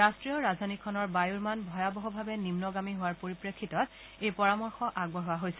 ৰাষ্ট্ৰীয় ৰাজধানীখনৰ বায়ুৰ মান ভয়াৱহভাৱে নিম্নগামী হোৱাৰ পৰিপ্ৰেক্ষিতত এই পৰামৰ্শ আগবঢ়োৱা হৈছে